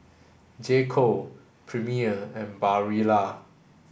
J Co Premier and Barilla